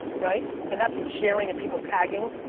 right, and that's with sharing and people tagging.